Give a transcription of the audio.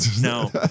No